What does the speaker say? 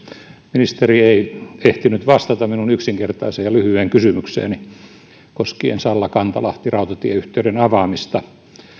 ministeri ei ehtinyt vastata minun yksinkertaiseen ja lyhyeen kysymykseeni koskien salla kantalahti rautatieyhteyden avaamista